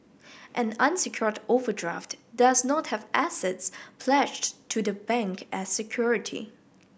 an unsecured overdraft does not have assets pledged to the bank as security